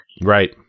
Right